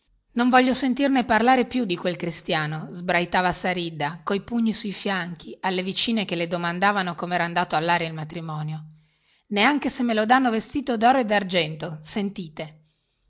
non voglio sentirne parlare più di quel cristiano sbraitava saridda coi pugni sui fianchi alle vicine che le domandavano come era andato allaria il matrimonio neanche se me lo danno vestito doro e dargento sentite